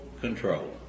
control